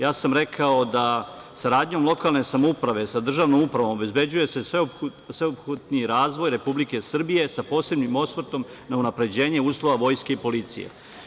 Ja sam rekao da saradnjom lokalne samouprave sa državnom upravom obezbeđuje se sveobuhvatni razvoj Republike Srbije, sa posebnim osvrtom na unapređenje uslova Vojske i policije.